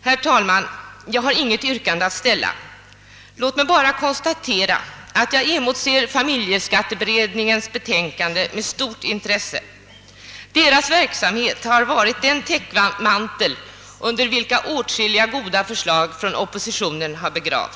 Herr talman! Jag har inget yrkande att ställa. Låt mig bara konstatera att jag emotser familjeskatteberedningens betänkande med stort intresse. Dess verksamhet har varit den täckmantel under vilken många förslag från oppositionen har fått försvinna.